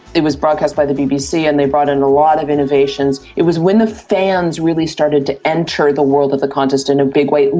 it was broadcast by the bbc and they brought in a lot of innovations. it was when the fans really started to enter the world of the contest in a big way,